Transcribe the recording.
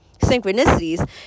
synchronicities